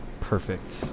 Perfect